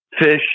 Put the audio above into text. fish